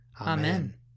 Amen